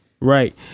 Right